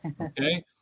Okay